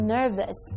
Nervous